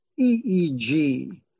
EEG